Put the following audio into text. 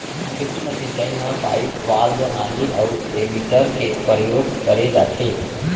सूक्ष्म सिंचई म पाइप, वाल्व, नाली अउ एमीटर के परयोग करे जाथे